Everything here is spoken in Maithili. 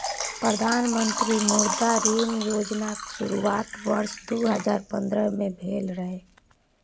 प्रधानमंत्री मुद्रा ऋण योजनाक शुरुआत वर्ष दू हजार पंद्रह में भेल रहै